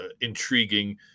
intriguing